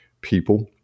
people